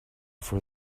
for